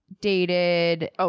dated